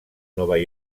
nova